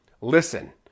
Listen